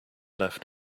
left